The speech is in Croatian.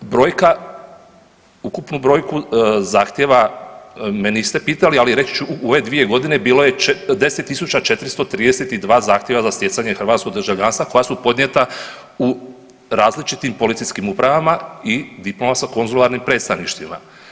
Brojka, ukupnu brojku zahtjeva me niste pitali ali reći ću ove 2 godine bilo je 10 432 zahtjeva za stjecanje hrvatskog državljanstva koja su podnijeta u različitim policijskim upravama i diplomatsko-konzularnim predstavništvima.